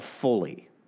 fully